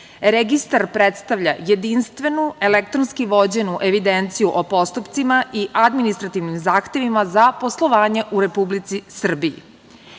Registar predstavlja jedinstvenu elektronski vođenu evidenciju o postupcima i administrativnim zahtevima za poslovanje u Republici Srbiji.